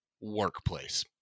workplace